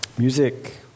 Music